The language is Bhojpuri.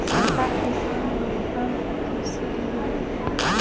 सरकार किसान लोगन के कृषि ऋण भी देला